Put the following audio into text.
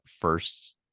first